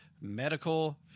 medical